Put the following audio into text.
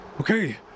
Okay